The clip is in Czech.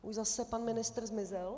Už zase pan ministr zmizel?